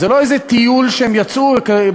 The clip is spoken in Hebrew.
זה לא איזה טיול שהם יצאו אליו.